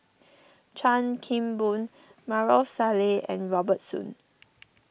Chan Kim Boon Maarof Salleh and Robert Soon